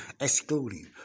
Excluding